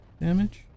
damage